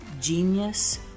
Genius